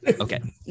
Okay